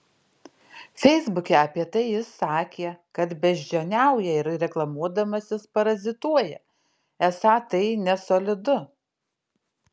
feisbuke apie tai jis sakė kad beždžioniauja ir reklamuodamasis parazituoja esą tai nesolidu